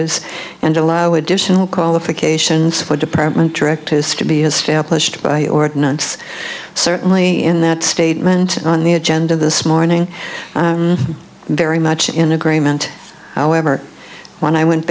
es and allow additional call of occasions for department directors to be established by ordinance certainly in that statement on the agenda this morning very much in agreement however when i went